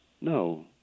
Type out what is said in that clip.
No